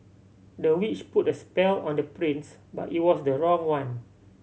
the witch put a spell on the prince but it was the wrong one